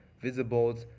visible